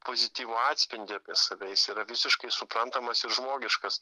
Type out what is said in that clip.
pozityvų atspindį apie save jis yra visiškai suprantamas ir žmogiškas